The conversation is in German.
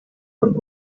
und